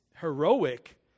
heroic